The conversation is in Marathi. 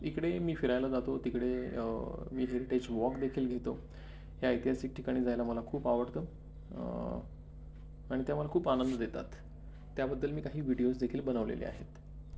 इकडे मी फिरायला जातो तिकडे मी हेरिटेज वॉक देखील घेतो ह्या ऐतिहासिक ठिकाणी जायला मला खूप आवडतं आणि त्या मला खूप आनंद देतात त्याबद्दल मी काही व्हिडिओज देखील बनवलेले आहेत